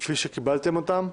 כפי שקיבלתם אותם.